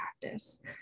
practice